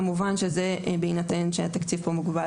כמובן שזה בהינתן שהתקציב כאן מוגבל